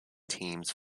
teams